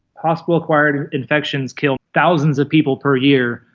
hospital-acquired infections kill thousands of people per year,